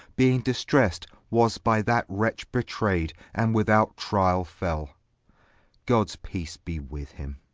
being distrest was by that wretch betraid, and without tryall, fell gods peace be with him.